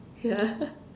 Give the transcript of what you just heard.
yeah